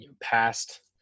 past